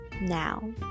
now